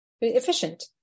efficient